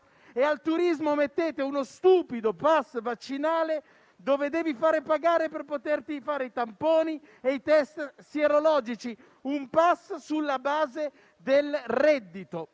e al turismo mettete uno stupido *pass* vaccinale, per cui si deve pagare per potersi fare i tamponi e i *test* sierologici: un *pass* sulla base del reddito.